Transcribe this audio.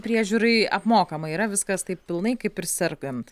priežiūrai apmokama yra viskas taip pilnai kaip ir sergant